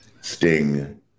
Sting